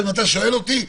אם אתה שואל אותי,